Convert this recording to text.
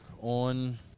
on